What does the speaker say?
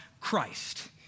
Christ